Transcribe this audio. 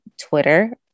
Twitter